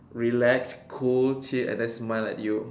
relax cool chill and then smile at you